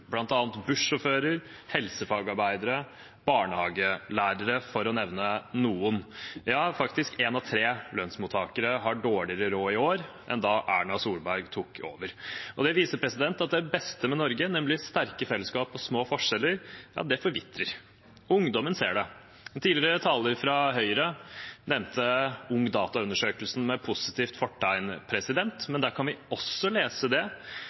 helsefagarbeidere og barnehagelærere, for å nevne noen. Én av tre lønnsmottakere har faktisk dårligere råd i år enn da Erna Solberg tok over. Det viser at det beste med Norge, nemlig sterke fellesskap og små forskjeller, forvitrer. Ungdommen ser det. En tidligere taler fra Høyre nevnte Ungdata-undersøkelsen med positivt fortegn. Men der kan vi også lese